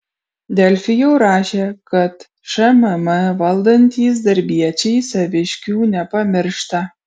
delfi jau rašė kad šmm valdantys darbiečiai saviškių nepamiršta